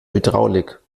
hydraulik